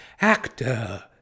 actor